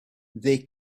they